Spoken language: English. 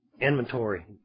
inventory